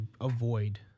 avoid